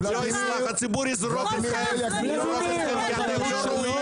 הציבור יזרוק אתכם.